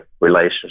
relationship